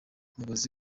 umuyobozi